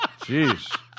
Jeez